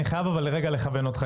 אני חייב לכוון אותך,